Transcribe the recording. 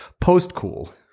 post-cool